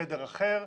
בחדר אחר,